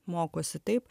mokosi taip